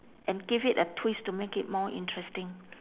and give it a twist to make it more interesting